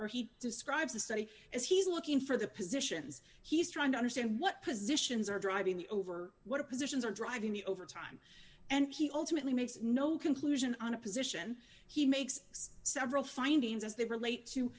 or he describes the study as he's looking for the positions he's trying to understand what positions are driving the over what positions are driving me over time and he ultimately makes no conclusion on a position he makes several findings as they relate to